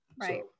Right